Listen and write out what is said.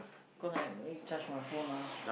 cause I need charge my phone ah